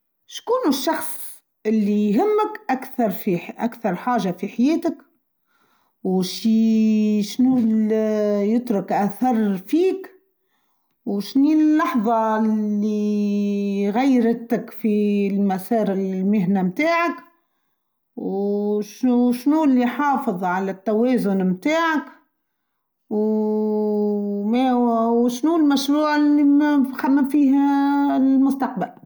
شكونه الشخص اللي يهمك أكثر حاجة في حياتك ؟ وشنو اللي يترك أثر فيك ؟ وشنين اللحظة اللي غيرتك في المسار المهنة متاعك ؟ وشنو اللي حافظ على التوازن متاعك ؟ وشنو المشروع اللي مخمم فيها المستقبل ؟